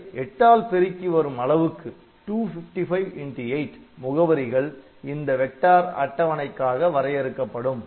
அதை 8 ஆல் பெருக்கி வரும் அளவுக்கு 255 8 முகவரிகள் இந்த வெக்டர் அட்டவணைக்காக வரையறுக்கப்படும்